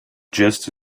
just